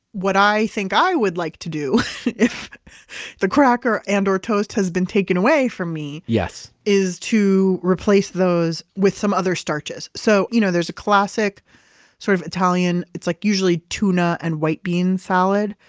what i think i would like to do if the cracker and or toast has been taken away from me, is to replace those with some other starches. so you know there's a classic sort of italian, it's like usually tuna and white bean salad.